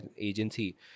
agency